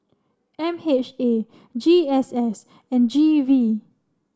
M H A G S S and G V